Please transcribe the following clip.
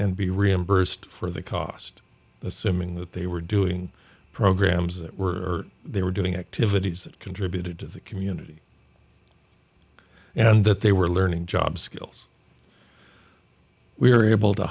and be reimbursed for the cost assuming that they were doing programs that were they were doing activities that contributed to the community and that they were learning job skills we were able to